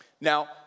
Now